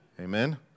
Amen